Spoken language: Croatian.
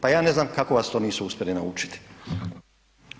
Pa ja ne znam kako vas to nisu uspjeli naučiti.